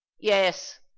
yes